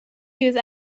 use